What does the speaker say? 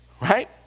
right